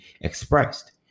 expressed